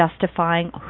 justifying